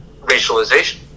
racialization